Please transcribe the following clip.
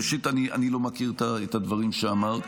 ראשית, אני לא מכיר את הדברים שאמרת.